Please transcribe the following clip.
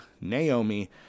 Naomi